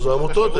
אז העמותות,